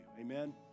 Amen